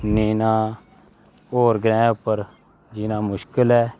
नेईं तां होर ग्रैह् उप्पर जीना मुश्कल ऐ